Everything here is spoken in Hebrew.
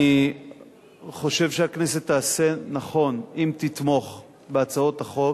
אני חושב שהכנסת תעשה נכון אם תתמוך בהצעות החוק